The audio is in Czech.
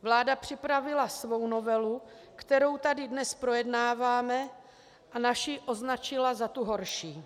Vláda připravila svou novelu, kterou tady dnes projednáváme, a naši označila za tu horší.